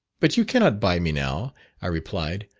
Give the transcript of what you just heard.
but you cannot buy me now i replied,